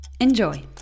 Enjoy